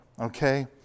okay